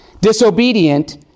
disobedient